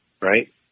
right